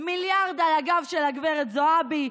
מיליארד על הגב של גב' זועבי,